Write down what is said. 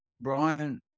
Brian